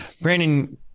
Brandon